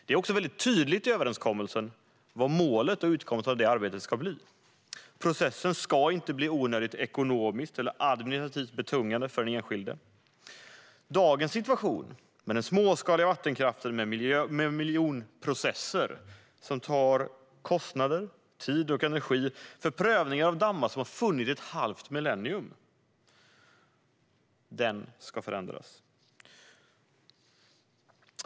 Det är också tydligt i överenskommelsen vad målet och utkomsten av det arbetet ska bli. Processen ska inte bli onödigt ekonomiskt eller administrativt betungande för den enskilde. Dagens situation för den småskaliga vattenkraften med miljonprocesser, som kostar pengar, tid och energi, för prövningar av dammar som har funnits i ett halvt millenium ska förändras.